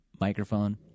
microphone